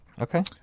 Okay